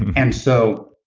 and so,